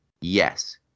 Yes